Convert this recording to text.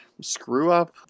screw-up